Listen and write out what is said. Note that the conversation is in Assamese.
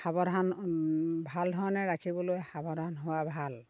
সাৱধান ভাল ধৰণে ৰাখিবলৈ সাৱধান হোৱা ভাল